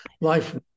life